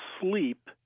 sleep